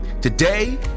Today